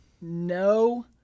no